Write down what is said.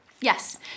Yes